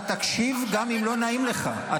אתה תקשיב גם אם לא נעים לך.